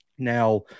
Now